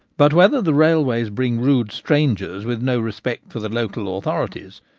but whether the railways bring rude strangers with no respect for the local authorities,